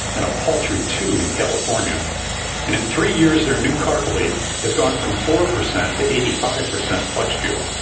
and a paltry two in california and in three years their new car fleet has gone from four percent to eighty five percent flex-fuel.